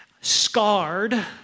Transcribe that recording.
scarred